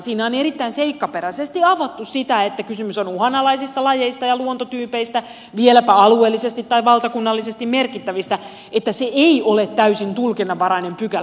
siinä on erittäin seikkaperäisesti avattu sitä että kysymys on uhanalaisista lajeista ja luontotyypeistä vieläpä alueellisesti tai valtakunnallisesti merkittävistä eli se ei ole täysin tulkinnanvarainen pykälä